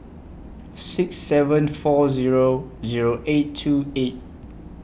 six seven four Zero Zero eight two eight